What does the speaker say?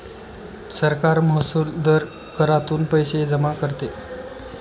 सरकार महसुली दर करातून पैसे जमा करते